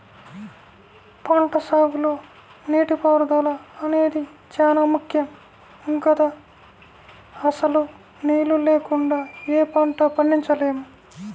పంటసాగులో నీటిపారుదల అనేది చానా ముక్కెం గదా, అసలు నీళ్ళు లేకుండా యే పంటా పండించలేము